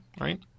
right